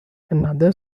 another